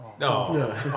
No